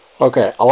Okay